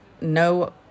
no